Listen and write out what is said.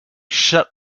shut